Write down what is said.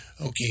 okay